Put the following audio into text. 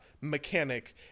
mechanic